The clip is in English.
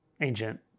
ancient